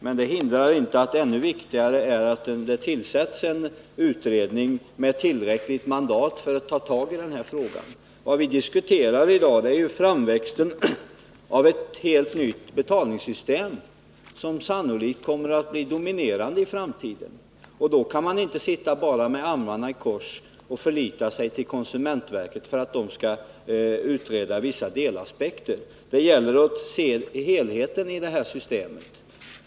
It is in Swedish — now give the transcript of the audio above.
Men det hindrar inte att ännu viktigare är att det tillsätts en utredning med tillräckligt mandat för att ta tag i det här problemet. Vad vi diskuterar i dag är ju framväxten av ett helt nytt betalningssystem, som sannolikt kommer att bli dominerande i framtiden. Då kan man inte bara sitta med armarna i kors och förlita sig på att konsumentverket skall utreda vissa delaspekter. Det gäller att se helheten i detta system.